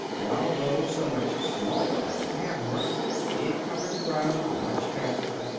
and although so much smaller than the cab-horse it covered the ground much faster.